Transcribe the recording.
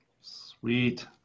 Sweet